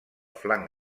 flanc